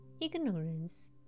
ignorance